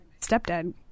stepdad